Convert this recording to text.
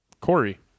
Corey